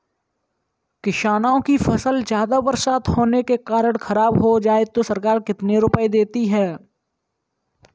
किसानों की फसल ज्यादा बरसात होने के कारण खराब हो जाए तो सरकार कितने रुपये देती है?